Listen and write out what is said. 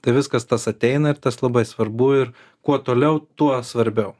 tai viskas tas ateina ir tas labai svarbu ir kuo toliau tuo svarbiau